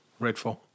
Redfall